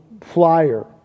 flyer